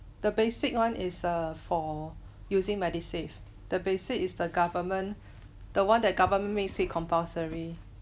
the basic one is err for using medisave the basic is the government the one that government makes it compulsory